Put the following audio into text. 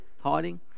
Hiding